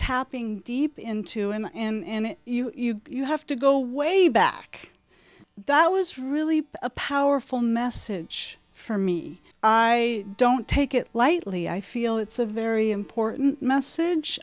tapping deep into him in you you have to go way back that was really a powerful message for me i don't take it lightly i feel it's a very important message